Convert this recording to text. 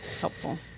helpful